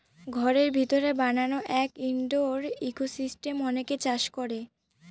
ঘরের ভিতরে বানানো এক ইনডোর ইকোসিস্টেম অনেকে চাষ করে